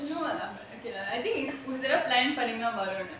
you know [what] okay lah plan பண்ணிதான் வரணும்:pannithan varanum